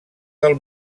del